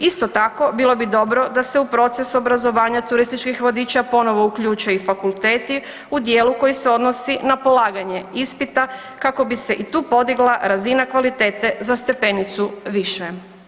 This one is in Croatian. Isto tako bilo bi dobro da se u proces obrazovanja turističkih vodiča ponovo uključe i fakulteti u dijelu koji se odnosi na polaganje ispita kako bi se i tu podigla razina kvalitete za stepenicu više.